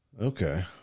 Okay